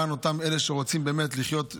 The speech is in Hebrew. למען אותם אלה שרוצים לחיות בכבוד.